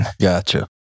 Gotcha